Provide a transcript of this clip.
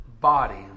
body